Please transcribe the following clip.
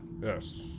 yes